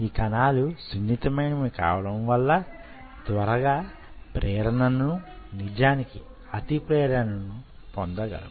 ఈ కణాలు సున్నితమైనవి కావడం వల్ల త్వరగా ప్రేరణను నిజానికి అతిగా ప్రేరణను పొందగలవు